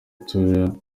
tour